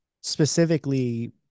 specifically